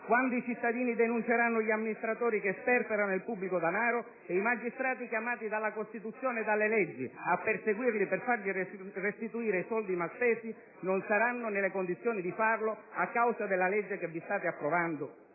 quando i cittadini denunceranno gli amministratori che sperperano il pubblico denaro e i magistrati, chiamati dalla Costituzione e dalle leggi a perseguirli per far restituire loro i soldi mal spesi, non saranno nelle condizioni di farlo a causa della legge che vi state approvando?